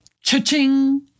Cha-ching